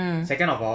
mm